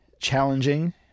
challenging